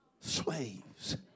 Slaves